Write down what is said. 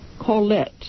Colette